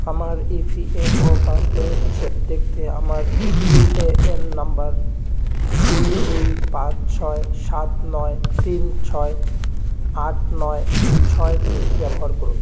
আমার E P F O পাসবইয়ের হিসেব দেখতে আমার ইউ এ এন নাম্বার দুই দুই পাঁচ ছয় সাত নয় তিন ছয় আট নয় ছয় দুই ব্যবহার করুন